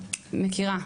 מכירה,